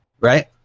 right